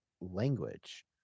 language